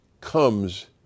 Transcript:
comes